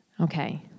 okay